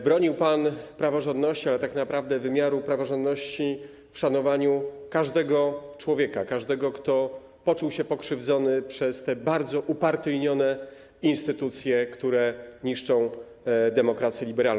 Bronił pan praworządności, ale tak naprawdę wymiaru praworządności w szanowaniu każdego człowieka, każdego, kto poczuł się pokrzywdzony przez te bardzo upartyjnione instytucje, które niszczą demokrację liberalną.